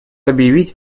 объявить